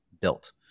built